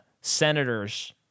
senator's